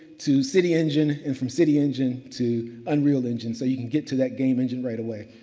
to city engine and from city engine to unreal engine so you can get to that game engine right away.